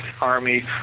Army